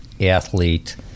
athlete